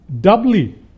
doubly